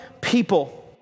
people